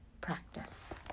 practice